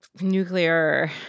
nuclear